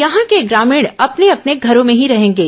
यहां के ग्रामीण अपने अपने घरों में ही रहेंगे